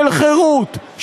של חירות,